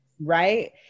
right